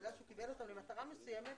בגלל שהוא קיבל אותם למטרה מסויימת,